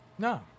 No